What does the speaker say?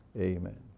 Amen